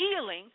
healing